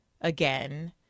again